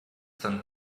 some